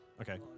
Okay